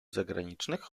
zagranicznych